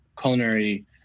culinary